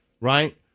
right